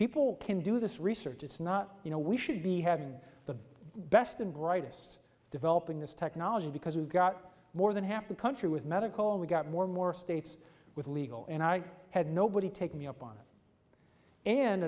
people can do this research it's not you know we should be having the best and brightest developing this technology because we've got more than half the country with medical we've got more and more states with legal and i had nobody take me up on it and